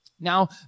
Now